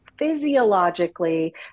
physiologically